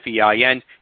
FEIN